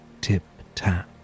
tip-tap